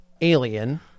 Alien